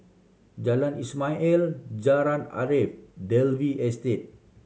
Jalan Ismail El Jalan Arif Dalvey Estate